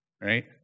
right